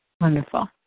Wonderful